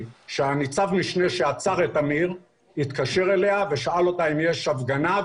שניצב המשנה שעצר את אמיר התקשר אליה ושאל אותה אם יש הפגנה,